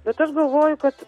bet aš galvoju kad